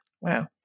Wow